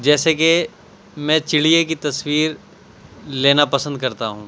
جیسے کہ میں چڑیے کی تصویر لینا پسند کرتا ہوں